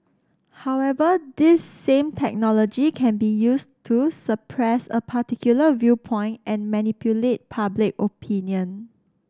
however this same technology can be used to suppress a particular viewpoint and manipulate public opinion